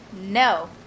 No